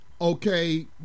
okay